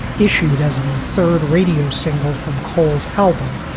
issued as the third radio single from cole's album,